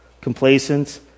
complacent